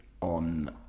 on